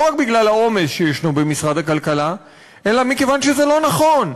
לא רק בגלל העומס שישנו במשרד הכלכלה אלא מכיוון שזה לא נכון.